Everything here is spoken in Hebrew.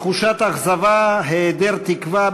תחושת אכזבה והיעדר תקווה,